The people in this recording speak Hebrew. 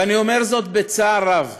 אני אומר זאת בצער רב